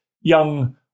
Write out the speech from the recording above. young